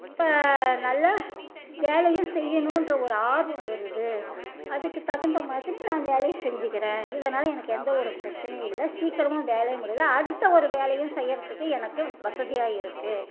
இப்போ நல்லா வேலையும் செய்யணுன்ற ஒரு ஆர்வம் வருது அதுக்கு தகுந்தமாதிரி நான் வேலையை செஞ்சிக்கிறேன் இதனால் எனக்கு எந்த ஒரு பிரச்சனையும் இல்லை சீக்கிரமாக வேலையும் முடியுது அடுத்த ஒரு வேலையும் செய்கிறதுக்கு எனக்கு வசதியாக இருக்குது